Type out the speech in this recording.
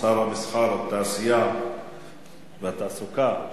שר המסחר והתעשייה והתעסוקה,